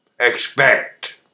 Expect